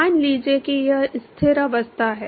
मान लीजिए कि यह स्थिर अवस्था है